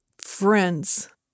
friends